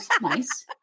nice